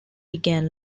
began